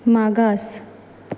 मागास